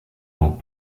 dans